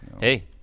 Hey